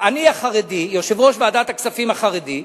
החרדי, יושב-ראש ועדת הכספים החרדי,